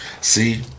See